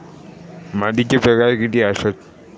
मातीचे प्रकार कितके आसत?